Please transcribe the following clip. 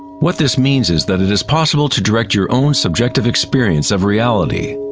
what this means is that it is possible to direct your own subjective experience of reality.